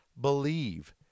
believe